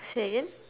say again